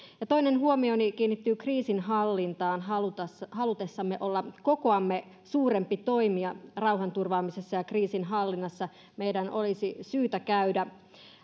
toinen huomioni kiinnittyy kriisinhallintaan halutessamme olla kokoamme suurempi toimija rauhanturvaamisessa ja kriisinhallinnassa meidän olisi syytä käydä